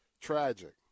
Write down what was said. Tragic